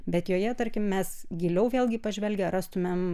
bet joje tarkim mes giliau vėlgi pažvelgę rastumėm